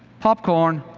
popcorn,